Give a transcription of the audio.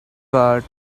card